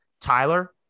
Tyler